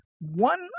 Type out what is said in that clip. One